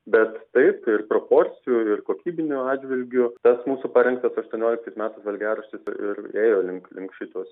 bet taip ir proporcijų ir kokybiniu atžvilgiu tas mūsų parengtas aštuonioliktais metais valgiaraštis ir ėjo link link šitos